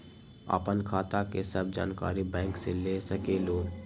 आपन खाता के सब जानकारी बैंक से ले सकेलु?